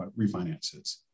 refinances